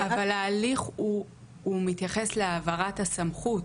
אבל ההליך מתייחס להעברת הסמכות.